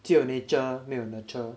只有 nature 没有 nurture